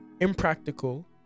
impractical